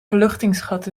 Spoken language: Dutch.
verluchtingsgat